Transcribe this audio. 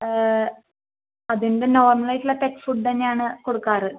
അതിൻ്റെ നോർമലായിട്ടുള്ള പെറ്റ് ഫുഡ്ഡന്നെയാണ് കൊടുക്കാറ്